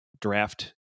draft